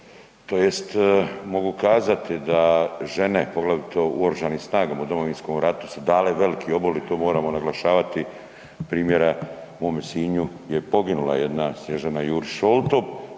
se tj. mogu kazati da žene, poglavito u oružanim snagama u Domovinskom ratu su dale veliki obol i to moramo naglašavati. Primjera, u mome Sinju je poginula jedna Snježana Jurić Šolto